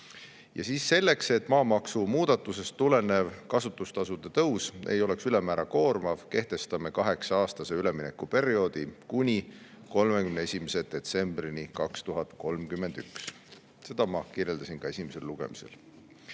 Ja selleks, et maamaksu muudatusest tulenev kasutustasude tõus ei oleks ülemäära koormav, kehtestame kaheksa-aastase üleminekuperioodi kuni 31. detsembrini 2031. Seda ma kirjeldasin ka esimesel lugemisel.